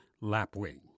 Lapwing